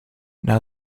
now